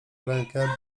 rękę